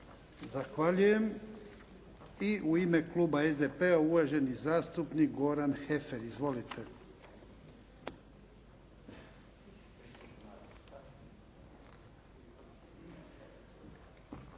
Zahvaljujem. I u ime kluba SDP-a, uvaženi zastupnik Goran Heffer. Izvolite.